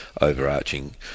overarching